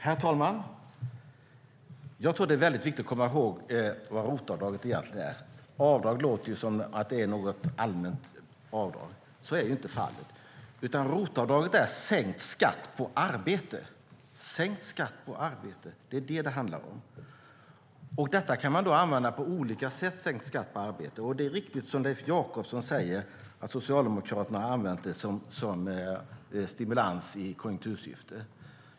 Herr talman! Det är viktigt att komma ihåg vad ROT-avdraget egentligen är. Det låter som att det är något allmänt avdrag, men så är inte fallet. ROT-avdraget är sänkt skatt på arbete. Det är det som det handlar om. Sänkt skatt på arbete kan man använda på olika sätt. Det är riktigt att Socialdemokraterna har använt avdraget som stimulans i konjunktursyfte, som Leif Jakobsson säger.